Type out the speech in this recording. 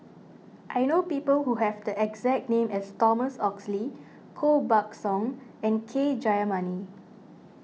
I know people who have the exact name as Thomas Oxley Koh Buck Song and K Jayamani